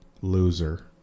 loser